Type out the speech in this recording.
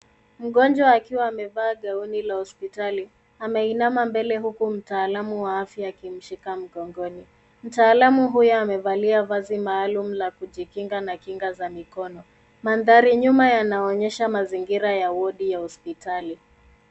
Mgonjwa akiwa amevaa gauni la hospitali ameinama mbele huku mtaalamu wa afya akimshika mgongoni. Mtaalamu huyo amevalia vazi maalum la kujikinga na kinga za mikono. Mandhari nyuma yanaonyesha mazingira ya wodi ya hospitali.